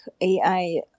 AI